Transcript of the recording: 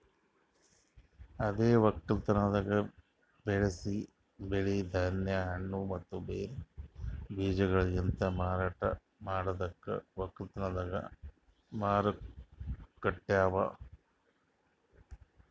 ಅದೇ ಒಕ್ಕಲತನದಾಗ್ ಬೆಳಸಿ ಬೆಳಿ, ಧಾನ್ಯ, ಹಣ್ಣ ಮತ್ತ ಬ್ಯಾರೆ ಬೀಜಗೊಳಲಿಂತ್ ಮಾರಾಟ ಮಾಡದಕ್ ಒಕ್ಕಲತನ ಮಾರುಕಟ್ಟೆ